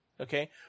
Okay